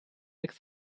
next